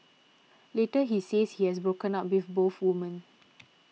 later he says he has broken up with both women